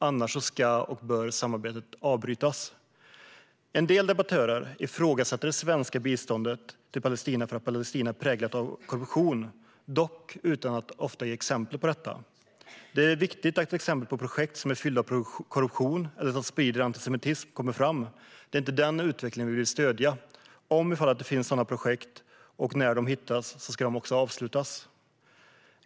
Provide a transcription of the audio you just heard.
Annars ska samarbetet avbrytas. En del debattörer ifrågasätter det svenska biståndet till Palestina för att Palestina är präglat av korruption, dock ofta utan att ge exempel på detta. Det är viktigt att projekt som är fyllda av korruption eller som sprider antisemitism kommer fram. Det är inte den utvecklingen vi vill stödja. Om sådana projekt upptäcks ska de avslutas.